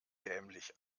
dämlich